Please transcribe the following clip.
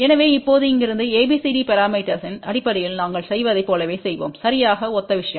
எனவே இப்போது இங்கிருந்து ABCD பரமீட்டர்ஸ்வின் அடிப்படையில் நாங்கள் செய்ததைப் போலவே செய்வோம் சரியாக ஒத்த விஷயம்